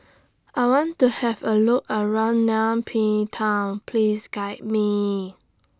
I want to Have A Look around Nay Pyi Town Please Guide Me